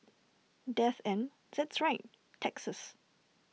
death and that's right taxes